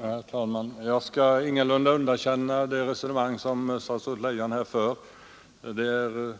Herr talman! Jag skall ingalunda underkänna det resonemang som statsrådet Leijon för — det är